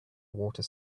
water